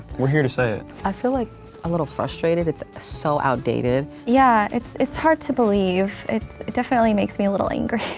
we're here to say it. i feel like a little frustrated. it's so outdated. yeah, it's it's hard to believe. it it definitely makes me a little angry.